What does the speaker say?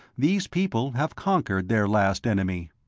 these people have conquered their last enemy.